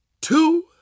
two